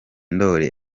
ndoli